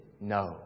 No